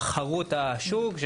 -- לתחרות השוק,